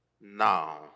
now